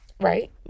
Right